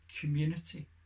community